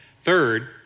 Third